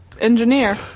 Engineer